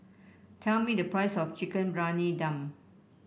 tell me the price of Chicken Briyani Dum